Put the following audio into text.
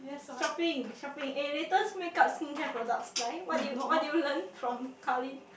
shopping shopping eh latest make-up skincare products 来 what do you what do you learn from Carlyn